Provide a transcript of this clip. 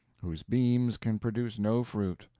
whose beams can produce no fruit,